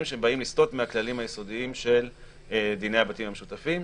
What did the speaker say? שבאים לסטות מהכללים היסודיים של דיני הבתים המשותפים,